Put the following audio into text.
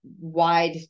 wide